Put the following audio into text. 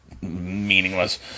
meaningless